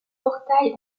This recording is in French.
portail